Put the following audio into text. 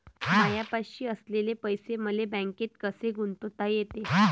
मायापाशी असलेले पैसे मले बँकेत कसे गुंतोता येते?